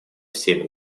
всеми